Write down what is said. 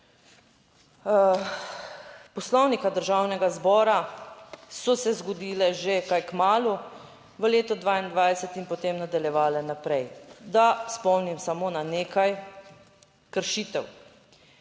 Poslovnika Državnega zbora so se zgodile že kaj kmalu, v letu 2022 in potem nadaljevale naprej. Da spomnim samo na nekaj kršitev